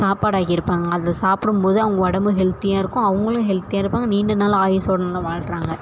சாப்பாடு ஆக்கியிருப்பாங்க அதை சாப்பிடும் போது அவங்க உடம்பு ஹெல்த்தியாக இருக்கும் அவங்களும் ஹெல்த்தியாக இருப்பாங்க நீண்ட நாள் ஆயிசோடு நல்லா வாழ்கிறாங்க